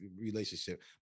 relationship